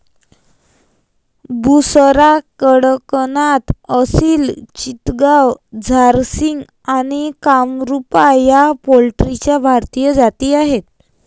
बुसरा, कडकनाथ, असिल चितगाव, झारसिम आणि कामरूपा या पोल्ट्रीच्या भारतीय जाती आहेत